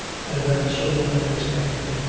an event so unexpected,